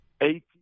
eight